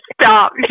Stop